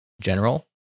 general